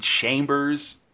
chambers